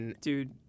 Dude